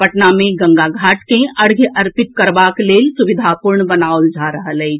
पटना मे गंगा घाट के अर्घ्य अर्पित करबाक लेल सुविधापूर्ण बनाओल जा रहल अछि